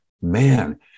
man